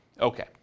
Okay